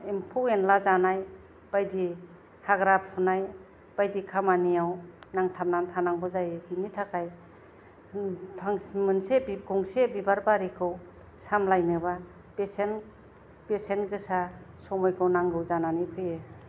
एम्फौ एनला जानाय बायदि हाग्रा फुनाय बायदि खामानियाव नांथाबनानै थानांगौ जायो बिनि थाखाय फांस मोनसे गंसे बिबार बारिखौ सामलायनोबा बेसेन बेसेन गोसा समयखौ नांगौ जानानै फैयो